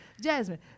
Jasmine